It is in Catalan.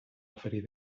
oferir